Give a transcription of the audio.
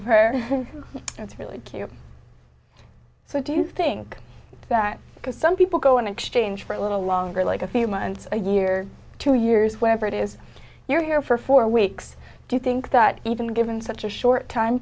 of her and it's really cute so do you think that because some people go an exchange for a little longer like a few months a year two years wherever it is you're here for four weeks do you think that even given such a short time